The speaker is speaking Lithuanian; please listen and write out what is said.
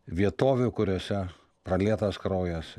vietovių kuriose pralietas kraujas